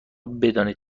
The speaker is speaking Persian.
بدانید